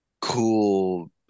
cool